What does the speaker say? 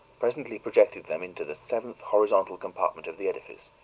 presently projected them into the seventh horizontal compartment of the edifice.